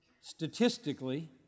statistically